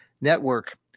Network